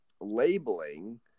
labeling